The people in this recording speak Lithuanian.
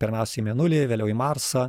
pirmiausiai į mėnulį vėliau į marsą